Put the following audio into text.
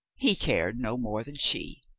he cared no more than she.